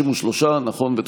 נכון: 33,